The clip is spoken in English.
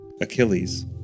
Achilles